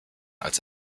als